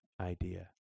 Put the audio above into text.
idea